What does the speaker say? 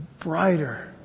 brighter